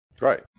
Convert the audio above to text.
Right